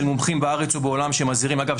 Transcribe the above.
מומחים בארץ ובעולם שמזהירים אגב,